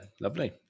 Lovely